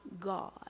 God